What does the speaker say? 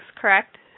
correct